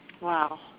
Wow